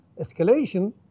escalation